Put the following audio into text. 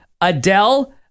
Adele